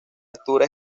altura